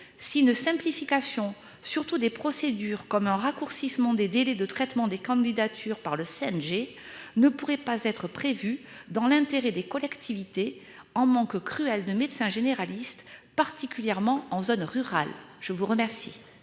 S'il ne simplification surtout des procédures comme un raccourcissement des délais de traitement des candidatures par le CNG ne pourrait pas être prévue dans l'intérêt des collectivités. En manque cruel de médecins généralistes, particulièrement en zone rurale. Je vous remercie.